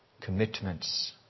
commitments